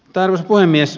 arvoisa puhemies